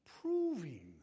proving